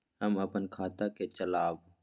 हम अपन खाता के चलाब?